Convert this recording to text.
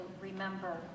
remember